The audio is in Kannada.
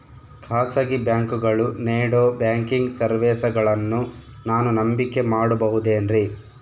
ಖಾಸಗಿ ಬ್ಯಾಂಕುಗಳು ನೇಡೋ ಬ್ಯಾಂಕಿಗ್ ಸರ್ವೇಸಗಳನ್ನು ನಾನು ನಂಬಿಕೆ ಮಾಡಬಹುದೇನ್ರಿ?